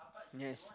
yes